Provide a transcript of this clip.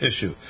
issue